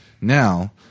Now